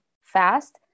fast